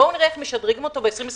בואו נראה איך משדרגים אותו ב-2021.